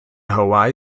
hawaii